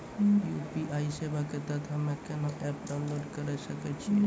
UPI सेवा के तहत हम्मे केना एप्प डाउनलोड करे सकय छियै?